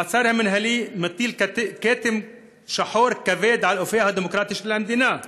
המעצר המינהלי מטיל כתם שחור כבד על אופייה הדמוקרטי של המדינה.